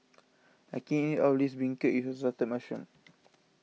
I can't eat all of this Beancurd with Assorted Mushrooms